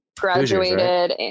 graduated